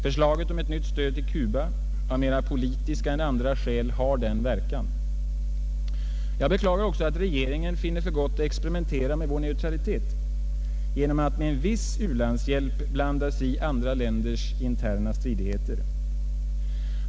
Förslaget om ett nytt stöd till Cuba av mera politiska än andra skäl har denna verkan. Jag beklagar också att regeringen finner för gott att experimentera med vår neutralitet genom att med viss u-landshjälp blanda sig i andra länders interna stridigheter.